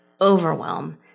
overwhelm